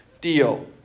deal